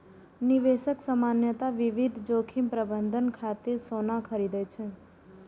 निवेशक सामान्यतः विविध जोखिम प्रबंधन खातिर सोना खरीदै छै